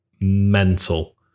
mental